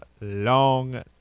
long